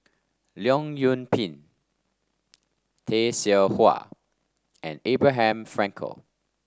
Leong Yoon Pin Tay Seow Huah and Abraham Frankel